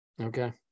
Okay